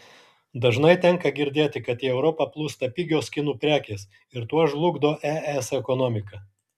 dažnai tenka girdėti kad į europą plūsta pigios kinų prekės ir tuo žlugdo es ekonomiką